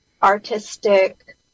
artistic